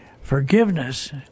Forgiveness